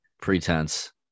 Pretense